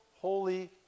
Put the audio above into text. Holy